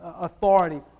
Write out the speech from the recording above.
authority